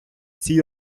цій